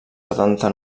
setanta